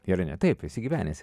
ir ne taip esi gyvenęs